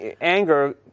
Anger